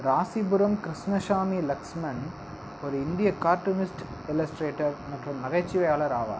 ராசிபுரம் கிருஷ்ணசாமி லக்ஷ்மண் ஒரு இந்திய cartoonist illustrator மற்றும் நகைச்சுவையாளர் ஆவார்